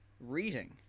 reading